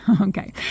Okay